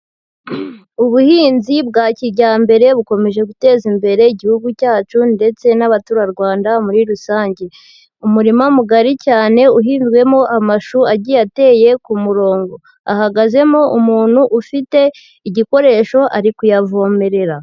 Ubuhinzi bwa kijyambere bukomeje guteza imbere igihugu cyacu ndetse n'abaturarwanda muri rusange. Umurima mugari cyane uhinzwemo amashu agiye ateye ku murongo. Hahagazemo umuntu ufite igikoresho ari kuyavomerera.